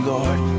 Lord